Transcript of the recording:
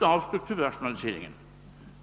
av strukturrationalisering.